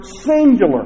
singular